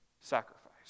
sacrifice